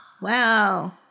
wow